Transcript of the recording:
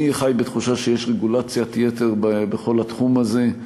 אני חי בתחושה שיש רגולציית-יתר בכל התחום הזה,